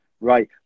right